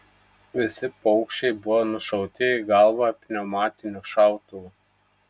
visi paukščiai buvo nušauti į galvą pneumatiniu šautuvu